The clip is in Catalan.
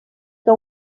que